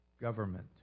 government